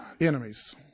enemies